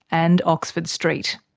and oxford street.